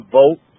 vote